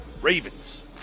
Ravens